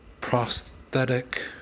prosthetic